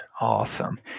Awesome